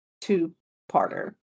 two-parter